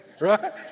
Right